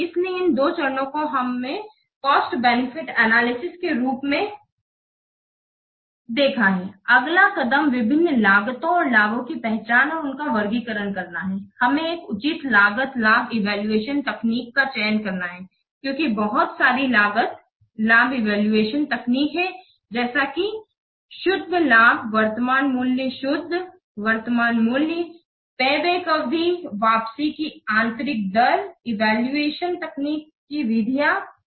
इसलिए इन दो चरणों को हमने कॉस्ट बेनिफिट एनालिसिस के रूप में देखा है अगला कदम विभिन्न लागतों और लाभों की पहचान और उनका वर्गीकरण करना है हमें एक उचित लागत लाभ इवैल्यूएशन तकनीक का चयन करना है क्योकि बहुत सारी लागत लाभ इवैल्यूएशन तकनीक हैं जैसे कि शुद्ध लाभ वर्तमान मूल्य शुद्ध वर्तमान मूल्य पेबैक अवधि वापसी की आंतरिक दर इवैल्यूएशन तकनीक की विधियाँ हैं